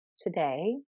today